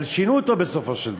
אבל שינו אותו בסופו של דבר.